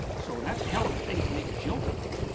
so thats a hell of a thing to make a joke about.